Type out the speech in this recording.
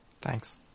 Thanks